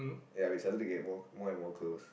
ya we started to get to get more and more close